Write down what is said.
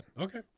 Okay